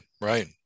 right